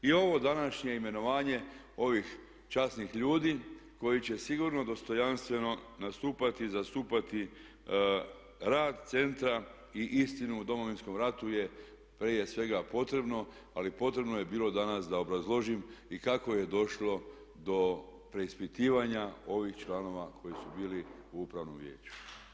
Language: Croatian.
I ovo današnje imenovanje ovih časnih ljudi koji će sigurno dostojanstveno nastupati i zastupati rad centra i istinu o Domovinskom ratu je prije potrebno ali potrebno je bilo danas da obrazložim i kako je došlo do preispitivanja ovih članova koji su bili u upravnom vijeću.